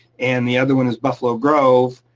and the other one is buffalo grove,